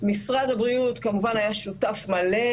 משרד הבריאות כמובן היה שותף מלא,